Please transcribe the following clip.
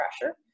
pressure